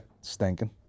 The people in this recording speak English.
stinking